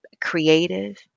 creative